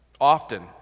Often